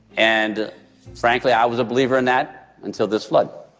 and frankly, i was a believer in that until this flood